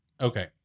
Okay